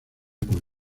con